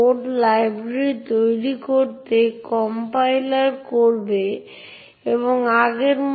আমরা যা করি তা হল ব্যবহারকারী শনাক্তকারীর সাথে সঙ্গতিপূর্ণ সেটুইড করব এবং তারপরে ব্যাশ শেলটি কার্যকর করব